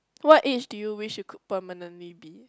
what age do you wish you could permanently be